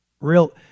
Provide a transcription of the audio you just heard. Real